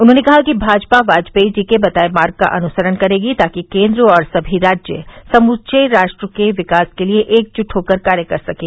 उन्होंने कहा कि भाजपा वाजपेयी जी के बताये मार्ग का अनुसरण करेगी ताकि केंद्र और समी राज्य समूचे राष्ट्र के विकास के लिए एकजुट होकर कार्य कर सकें